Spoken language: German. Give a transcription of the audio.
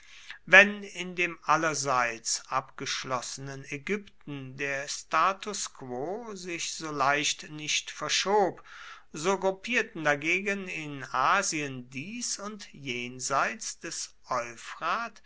wenn in dem allerseits abgeschlossenen ägypten der status quo sich so leicht nicht verschob so gruppierten dagegen in asien dies und jenseits des